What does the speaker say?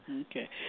Okay